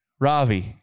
ravi